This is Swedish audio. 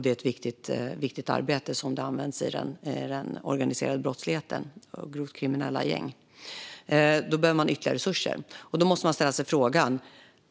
Det är ett viktigt arbete, då detta används i den organiserade brottsligheten av grovt kriminella gäng. Tullverket behöver då alltså ytterligare resurser, och då måste man fråga sig: